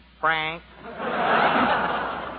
Frank